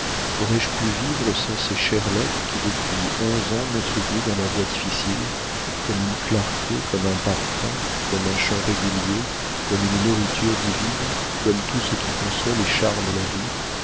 aurais-je pu vivre sans ces chères lettres qui depuis onze ans m'ont soutenu dans ma voie difficile comme une clarté comme un parfum comme un chant régulier comme une nourriture divine comme tout ce qui console et charme la vie